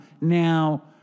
Now